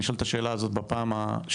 אני שואל את השאלה הזאת בפעם השלישית,